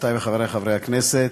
חברותי וחברי חברי הכנסת,